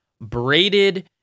braided